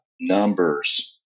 numbers